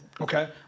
Okay